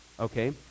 Okay